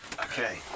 Okay